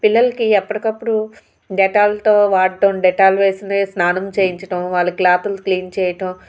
పిల్లలకి ఎప్పటికప్పుడు డెటాల్తో వాడడం డెటాల్ వేసి స్నానం చేయించడం వాళ్ళ క్లాతులు క్లీన్ చేయడం